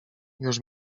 już